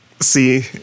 See